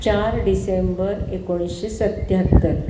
चार डिसेंबर एकोणीशे सत्त्याहत्तर